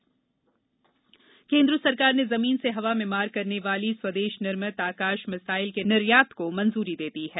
आकाश missile सरकार ने जमीन से हवा में मार करने वाली स्वेदश निर्मित आकाश मिसाइल के निर्यात को मंजूरी दे दी है